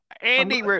Andy